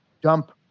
dump